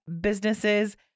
businesses